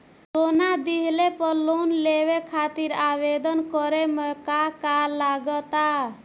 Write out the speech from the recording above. सोना दिहले पर लोन लेवे खातिर आवेदन करे म का का लगा तऽ?